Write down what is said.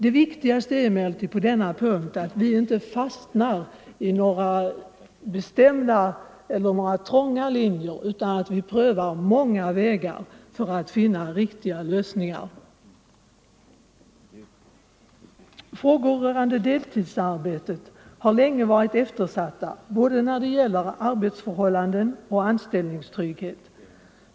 Det viktigaste är emellertid på denna punkt att vi inte fastnar i en trång inriktning utan att vi prövar många vägar för att finna riktiga lösningar. Frågor rörande deltidsarbetet har länge varit eftersatta både när det gäller arbetsförhållanden och när det gäller anställningstrygghet.